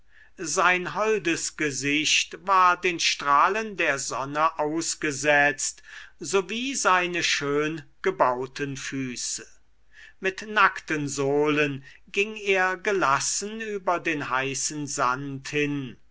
sein holdes gesicht war den strahlen der sonne ausgesetzt so wie seine schön gebauten füße mit nackten sohlen ging er gelassen über den heißen sand hin